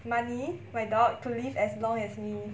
money my dog to live as long as me